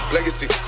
Legacy